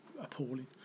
appalling